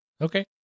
Okay